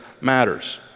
matters